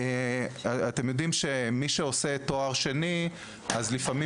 אתם יודעים שמי שעושה תואר שני מקבל לפעמים